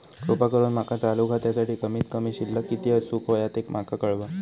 कृपा करून माका चालू खात्यासाठी कमित कमी शिल्लक किती असूक होया ते माका कळवा